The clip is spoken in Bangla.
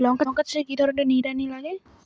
লঙ্কা চাষে কি ধরনের নিড়ানি লাগে?